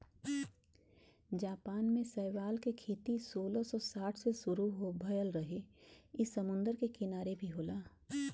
Japan में शैवाल के खेती सोलह सौ साठ से शुरू भयल रहे इ समुंदर के किनारे भी होला